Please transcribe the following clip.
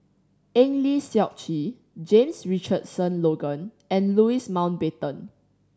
Eng Lee Seok Chee James Richardson Logan and Louis Mountbatten